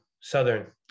southern